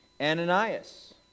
Ananias